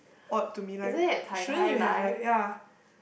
odd to me like shouldn't you have like ya